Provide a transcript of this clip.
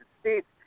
States